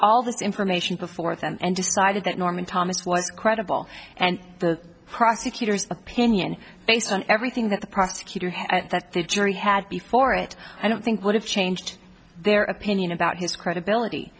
all this information before them and decided that norman thomas was credible and the prosecutor's opinion based on everything that the prosecutor had that the jury had before it i don't think would have changed their opinion about his credibility